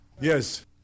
Yes